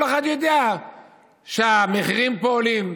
כל אחד יודע שהמחירים פה עולים,